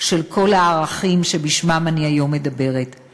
של כל הערכים שבשמם אני מדברת היום.